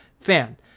fan